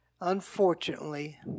unfortunately